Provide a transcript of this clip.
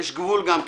יש גבול גם כן.